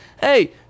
hey